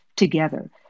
together